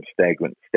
stagnant